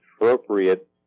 appropriate